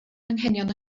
anghenion